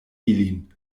ilin